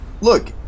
Look